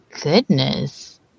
goodness